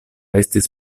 estis